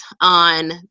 on